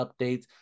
updates